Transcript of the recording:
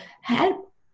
help